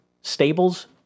stables